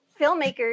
filmmakers